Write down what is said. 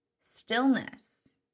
Stillness